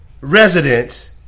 residents